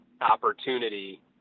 opportunity